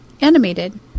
animated